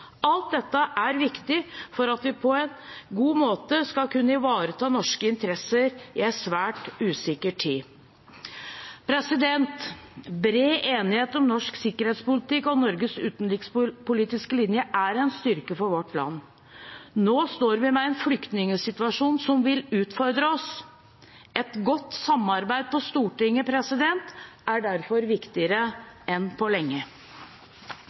Alt dette er viktig for at vi på en god måte skal kunne ivareta norske interesser i en svært usikker tid. Bred enighet om norsk sikkerhetspolitikk og Norges utenrikspolitiske linje er en styrke for vårt land. Nå står vi med en flyktningsituasjon som vil utfordre oss. Et godt samarbeid på Stortinget er derfor viktigere enn på lenge.